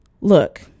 Look